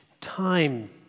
time